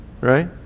Right